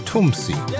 Tumsi